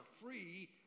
free